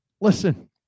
listen